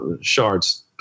Shards